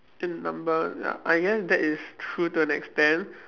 in number ya I guess that is true to an extent